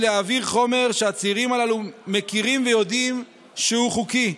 להעביר חומר שהצעירים הללו מכירים ויודעים שהוא חוקי,